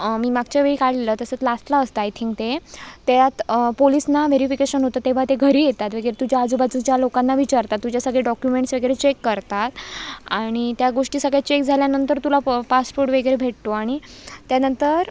मी मागच्या वेळी काढलेलं तसं लास्टला असतं आय थिंक ते त्यात पोलिस ना वेरीफिकेशन होतं तेव्हा ते घरी येतात वगैरे तुझ्या आजूबाजूच्या लोकांना विचारतात तुझे सगळे डॉक्युमेंट्स वगैरे चेक करतात आणि त्या गोष्टी सगळ्या चेक झाल्यानंतर तुला प पासपोर्ट वगैरे भेटतो आणि त्यानंतर